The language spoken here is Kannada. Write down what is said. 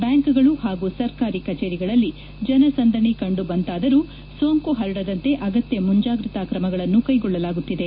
ಬ್ಯಾಂಕ್ಗಳು ಹಾಗೂ ಸರ್ಕಾರಿ ಕಚೇರಿಗಳಲ್ಲಿ ಜನಸಂದಣಿ ಕಂಡು ಬಂದಿತಾದರೂ ಸೋಂಕು ಹರಡದಂತೆ ಅಗತ್ಯ ಮುಂಜಾಗ್ರತಾ ಕ್ರಮಗಳನ್ನು ಕೈಗೊಳ್ಳಲಾಗುತ್ತಿದೆ